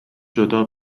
جدا